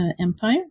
Empire